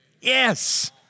Yes